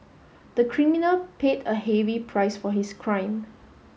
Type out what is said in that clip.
the criminal paid a heavy price for his crime